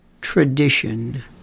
tradition